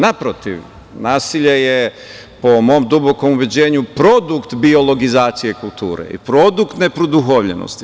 Naprotiv, nasilje je, po mom dubokom ubeđenju, produkt biologizacije kulture i produkt neproduhovljenosti.